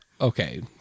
Okay